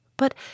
but